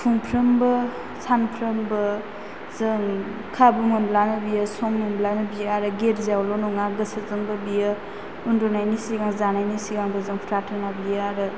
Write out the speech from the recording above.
खनफ्रोमबो सानफ्रोमबो जों खाबु मोनब्लानो बियो सम मोनब्लानो बियो आरो गिर्जायावल' नङा गोसोजोंबो बियो उन्दुनायनि सिगां जानायनि सिगांबो प्राथना बियो आरो